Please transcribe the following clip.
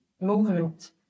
movement